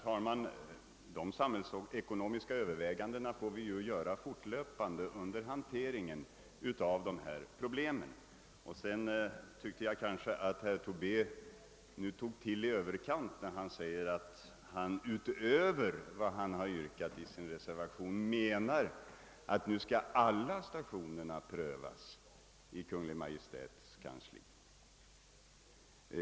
Herr talman! De samhällsekonomiska övervägandena får vi ju göra fortlöpande under behandlingen av dessa problem. Jag tyckte att herr Tobé tog till i överkant, när han sade, att han utöver vad han har yrkat i sin reservation menar, att nu skall i fråga om alla stationer prövningen ske i Kungl. Maj:ts kansli.